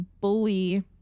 bully